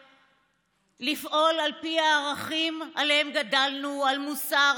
לפעול על פי הערכים שעליהם גדלנו: על מוסר,